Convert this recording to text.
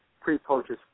pre-purchase